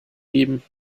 geben